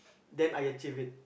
then I achieved it